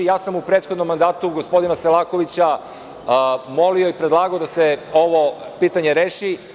U prethodnom mandatu ja sam gospodina Selakovića molio i predlagao da se ovo pitanje reši.